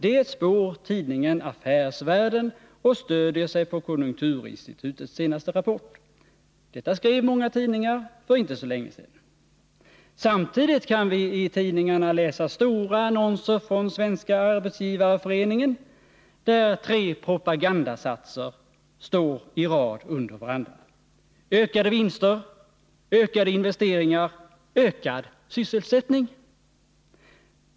Det spår tidningen Affärsvärlden och stödjer sig på konjunkturinstitutets senaste rapport.” Detta skrev många tidningar för inte så länge sedan. Samtidigt kan vi i Nr 38 tidningarna läsa stora annonser från Svenska arbetsgivareföreningen där tre propagandasatser står i rad under varandra: Ökade vinster — ökade investeringar — ökad sysselsättning.